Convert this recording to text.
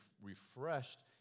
refreshed